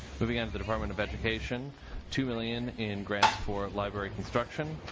moving on to the department of education two million in grants for library construction.